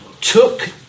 took